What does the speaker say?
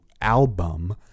album